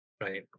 right